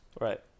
Right